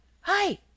hi